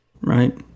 right